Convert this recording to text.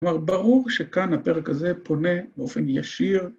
‫כלומר, ברור שכאן הפרק הזה ‫פונה באופן ישיר,